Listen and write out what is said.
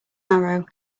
arrow